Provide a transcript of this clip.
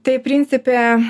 tai principe